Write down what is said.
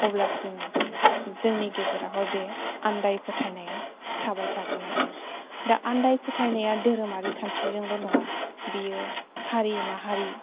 अब्लासिम जोंनि गेजेरावहाय बे आन्दाय फोथायनाया थाबाय थागोन आरो दा आन्दाय फोथायनाया धोरोमारि खान्थिजोंल' नङा बियो हारि माहारि